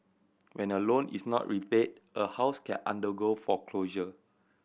when a loan is not repaid a house can undergo foreclosure